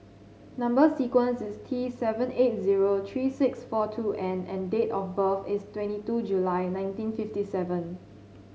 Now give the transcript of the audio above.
number sequence is T seven eight zero three six four two N and date of birth is twenty two July nineteen fifty seven